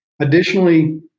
Additionally